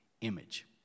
image